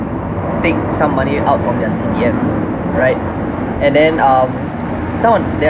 take some money out from their C_P_F right and then um some of